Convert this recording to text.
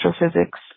astrophysics